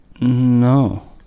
No